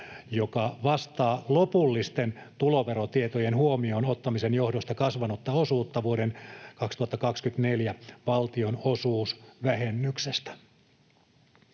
joka vastaa lopullisten tuloverotietojen huomioon ottamisen johdosta kasvanutta osuutta vuoden 2024 valtionosuusvähennyksestä.